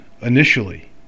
initially